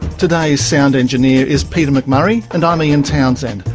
today's sound engineer is peter mcmurray, and i'm ian townsend.